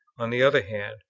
on the other hand,